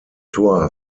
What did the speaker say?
tor